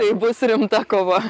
tai bus rimta kova